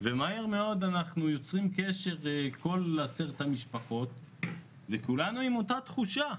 מהר מאוד יצרנו קשר בין כל נפגעי האסון וראינו שלכולנו אותה תחושה.